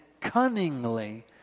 cunningly